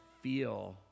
feel